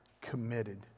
committed